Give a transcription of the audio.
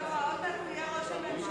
לא לא, עוד מעט תהיה ראש הממשלה.